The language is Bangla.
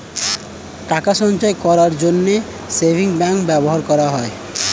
টাকা সঞ্চয় করার জন্য সেভিংস ব্যাংক ব্যবহার করা হয়